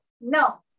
No